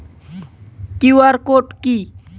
QR code কি?